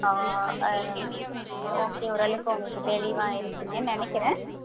ஆ okay ஓரளவுக்கு உங்களுக்கு தெளிவாகியிருப்பீங்கன்னு நினைக்கிறேன்